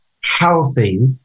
healthy